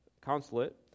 consulate